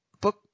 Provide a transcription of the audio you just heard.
book